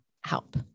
help